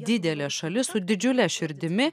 didelė šalis su didžiule širdimi